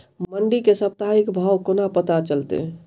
मंडी केँ साप्ताहिक भाव कोना पत्ता चलतै?